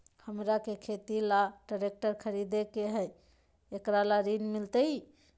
हमरा के खेती ला ट्रैक्टर खरीदे के हई, एकरा ला ऋण मिलतई?